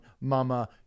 mama